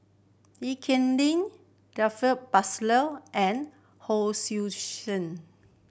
Lee Kip Lin Taufik and Hon Sui Sen